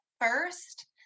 first